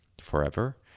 forever